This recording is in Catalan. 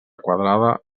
quadrada